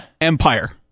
Empire